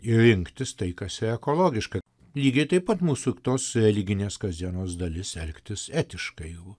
ir rinktis tai kas ekologiška lygiai taip pat mūsų tos religinės kasdienos dalis elgtis etiškai